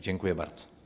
Dziękuję bardzo.